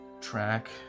track